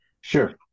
Sure